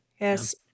Yes